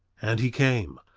and he came,